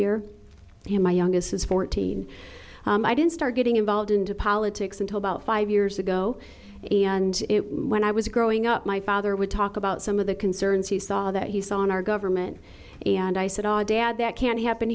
year and my youngest is fourteen i didn't start getting involved into politics until about five years ago and when i was growing up my father would talk about some of the concerns he saw that he saw in our government and i said ahdaf that can't happen